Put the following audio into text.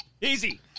easy